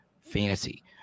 fantasy